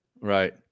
right